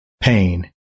pain